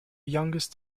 youngest